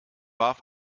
warf